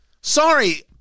Sorry